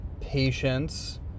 patience